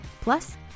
Plus